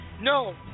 No